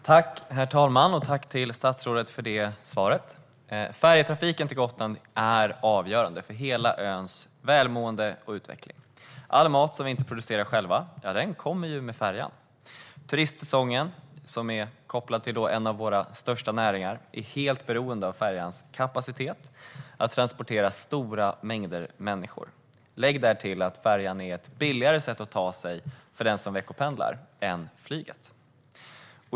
Herr talman! Tack till statsrådet för svaret. Färjetrafiken till Gotland är avgörande för hela öns välmående och utveckling. All mat som vi inte producerar själva kommer med färjan. Turistsäsongen, som är kopplad till en av våra största näringar, är helt beroende av färjans kapacitet att transportera stora mängder människor. Lägg därtill att färjan är ett billigare sätt att ta sig till ön för den som veckopendlar än flyget.